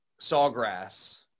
Sawgrass